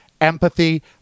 empathy